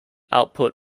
output